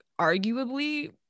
arguably